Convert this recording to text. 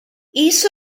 isso